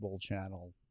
channel